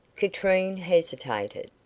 katrine hesitated,